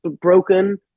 broken